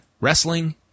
Wrestling